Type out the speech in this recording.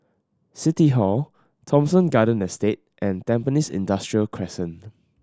City Hall Thomson Garden Estate and Tampines Industrial Crescent